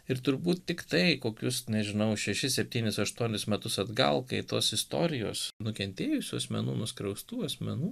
ir turbūt tiktai kokius nežinau šešis septynis aštuonis metus atgal kai tos istorijos nukentėjusių asmenų nuskriaustų asmenų